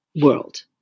world